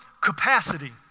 capacity